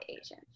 Asian